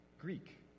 Greek